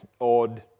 odd